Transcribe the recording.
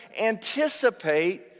anticipate